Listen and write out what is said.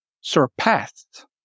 surpassed